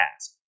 task